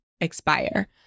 expire